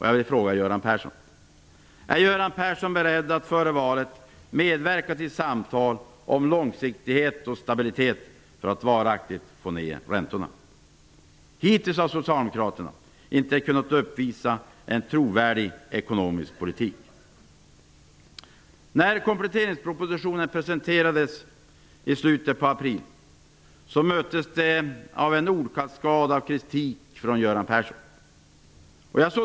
Jag vill fråga Göran Persson: Är Göran Persson beredd att före valet medverka till samtal om långsiktighet och stabilitet för att varaktigt få ned räntorna? Hittills har socialdemokraterna inte kunnat uppvisa en trovärdig ekonomisk politik. När kompletteringspropositionen presenterades i slutet av april möttes den av en ordkaskad av kritik från Göran Persson.